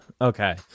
Okay